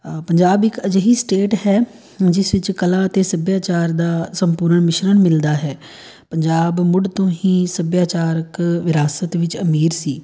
ਪੰਜਾਬ ਇੱਕ ਅਜਿਹੀ ਸਟੇਟ ਹੈ ਜਿਸ ਵਿੱਚ ਕਲਾ ਅਤੇ ਸੱਭਿਆਚਾਰ ਦਾ ਸੰਪੂਰਨ ਮਿਸ਼ਰਣ ਮਿਲਦਾ ਹੈ ਪੰਜਾਬ ਮੁੱਢ ਤੋਂ ਹੀ ਸੱਭਿਆਚਾਰਕ ਵਿਰਾਸਤ ਵਿੱਚ ਅਮੀਰ ਸੀ